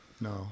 No